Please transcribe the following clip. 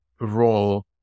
role